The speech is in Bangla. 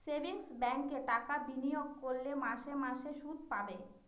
সেভিংস ব্যাঙ্কে টাকা বিনিয়োগ করলে মাসে মাসে শুদ পাবে